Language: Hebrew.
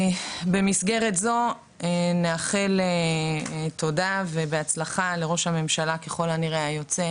במסגרת זו נאמר תודה ובהצלחה לראש הממשלה היוצא